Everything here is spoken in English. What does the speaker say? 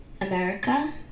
America